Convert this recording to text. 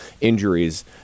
Injuries